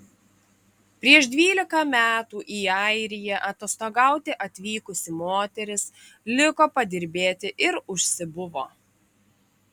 prieš dvylika metų į airiją atostogauti atvykusi moteris liko padirbėti ir užsibuvo